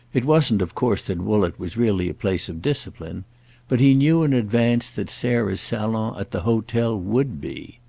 it wasn't of course that woollett was really a place of discipline but he knew in advance that sarah's salon at the hotel would be.